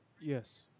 Yes